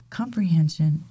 comprehension